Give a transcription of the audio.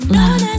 love